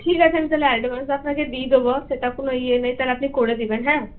ঠিক আছে আমি তাহলে অ্যাডভান্স আপনাকে দিয়ে দেব সেটার কোনো ইয়ে নেই তাহলে আপনি করে দেবেন হ্যাঁ